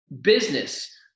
business